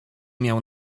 miał